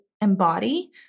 embody